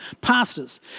pastors